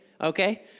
okay